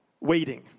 waiting